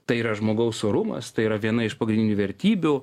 tai yra žmogaus orumas tai yra viena iš pagrindinių vertybių